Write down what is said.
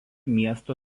miesto